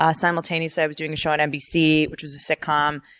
ah simultaneously, i was doing a show on nbc which was a sitcom,